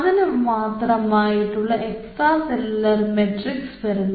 അതിനു മാത്രമായിട്ടുള്ള extracellular matrix വരുന്നു